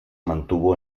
mantuvo